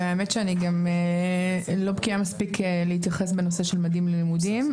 והאמת שאני גם לא בקיאה מספיק להתייחס בנושא של "ממדים ללימודים",